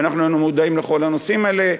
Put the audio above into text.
ואנחנו היינו מודעים לכל הנושאים האלה.